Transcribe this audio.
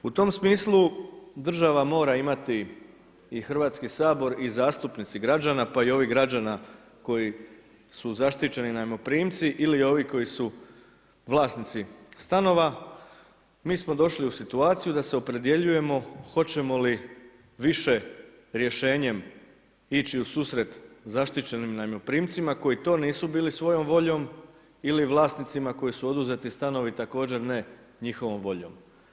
U tom smislu država mora imati i Hrvatski sabor i zastupnici građana pa i ovih građana koji su zaštićeni najmoprimci ili ovi koji su vlasnici stanova, mi smo došli u situaciju da se opredjeljujemo hoćemo li više rješenjem ići u susret zaštićenim najmoprimcima koji to nisu bili svojom voljom ili vlasnicima kojima su oduzeti stanovi također ne njihovom voljom.